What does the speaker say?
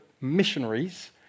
missionaries